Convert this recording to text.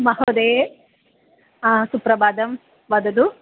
महोदये सुप्रभातं वदतु